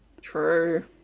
True